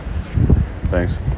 thanks